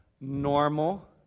Normal